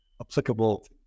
applicable